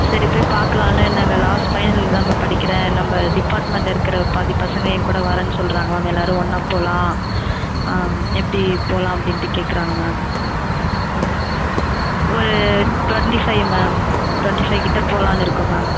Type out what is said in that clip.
சரி போய் பார்க்கலான்னு நாங்கள் லாஸ்ட் ஃபைனல் இயர் தான் மேம் படிக்கிறேன் நம்ப டிபார்ட்மென்ட் இருக்கிற பாதி பசங்க என்கூட வரேன்னு சொல்றாங்க மேம் எல்லாரும் ஒன்றா போலாம் அ எப்படி போலாம் அப்டின்ட்டு கேக்கறாங்க மேம் ஒன்னு ஒரு twenty five ma'am twenty five கிட்ட போலாம்னு இருக்கோம் மேம்